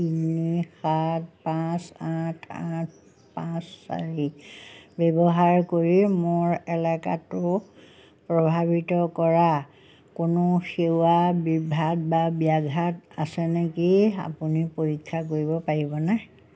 তিনি সাত পাঁচ আঠ আঠ পাঁচ চাৰি ব্যৱহাৰ কৰি মোৰ এলেকাটো প্ৰভাৱিত কৰা কোনো সেৱা বিভ্ৰাট বা ব্যাঘাত আছে নেকি আপুনি পৰীক্ষা কৰিব পাৰিবনে